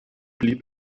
blieb